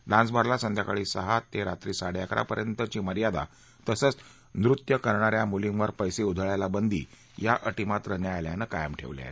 dance बारला संध्याकाळी सहा ते रात्री साडे अकरा वाजेपर्यंतची मर्यादा तसंच नृत्य करणा या मुलींवर पैसे उधळायला बंदी या अटी मात्र न्यायालयानं कायम ठेवल्या आहेत